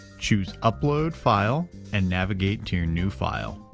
choose upload file and navigate to your new file.